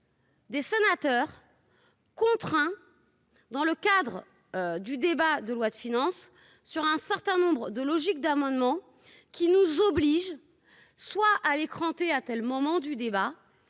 Des sénateurs contraints dans le cadre du débat de loi de finances sur un certain nombre de logique d'amendements qui nous oblige soit à l'écran, tu es à tel moment du débat